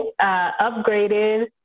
upgraded